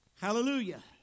Hallelujah